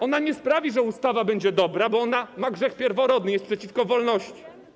Ona nie sprawi, że ustawa będzie dobra, bo ona ma grzech pierworodny - jest przeciwko wolności.